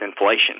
inflation